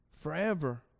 forever